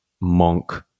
monk